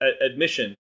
admission